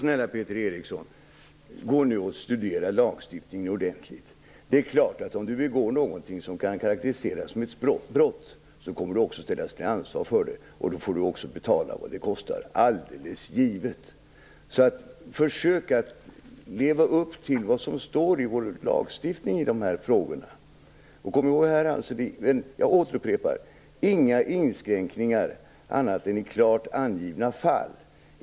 Fru talman! Gå och studera lagstiftningen ordentligt, snälla Peter Eriksson. Om man begår någonting som kan karakteriseras som ett brott kommer man att ställas till ansvar för det och man får också betala vad det kostar. Det är alldeles givet. Försök att leva upp till vad som står i vår lagstiftning i dessa frågor. Jag upprepar: Inga inskränkningar annat än i klart angivna fall.